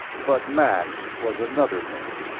but max was another thing.